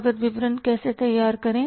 लागत विवरण कैसे तैयार करें